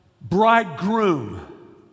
bridegroom